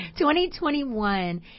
2021